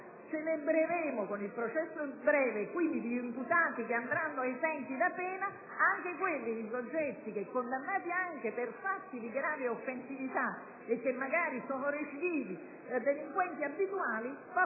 dell'intervenuto processo breve, quindi agli imputati che andranno esenti da pena, anche i soggetti che, condannati anche per fatti di grave offensività e che magari sono recidivi, delinquenti abituali,